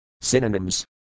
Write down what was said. Synonyms